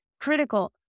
critical